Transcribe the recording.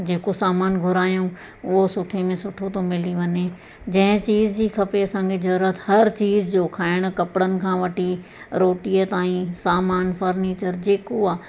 जेको सामान घुरायूं उहो सुठे में सुठो थो मिली वञे जंहिं चीज़ जी खपे असांखे ज़रूरत हर चीज़ जो खाइणु कपिड़नि खां वठी रोटीअ ताईं सामान फर्नीचर जेको आहे